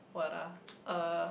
what ah uh